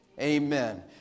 Amen